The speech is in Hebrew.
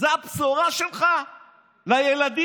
זו הבשורה שלך לילדים?